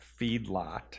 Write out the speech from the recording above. feedlot